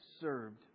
served